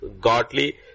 godly